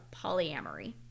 polyamory